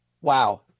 Wow